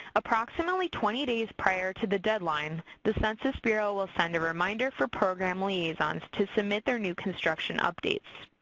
approximately twenty days prior to the deadline, the census bureau will send a reminder for program liaisons to submit their new construction updates.